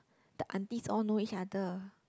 the aunties all know each other